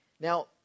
Now